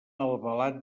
albalat